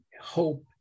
hope